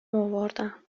آوردم